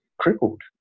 crippled